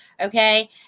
Okay